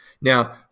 Now